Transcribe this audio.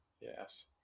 Yes